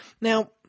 Now